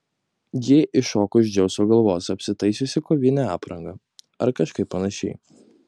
ji iššoko iš dzeuso galvos apsitaisiusi kovine apranga ar kažkaip panašiai